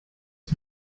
mit